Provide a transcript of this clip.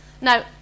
Now